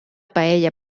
paella